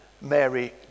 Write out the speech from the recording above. Mary